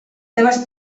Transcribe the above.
seves